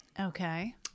Okay